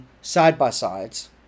side-by-sides